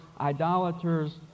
idolaters